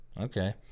okay